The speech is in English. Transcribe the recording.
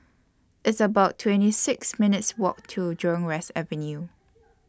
It's about twenty six minutes' Walk to Jurong West Avenue